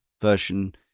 version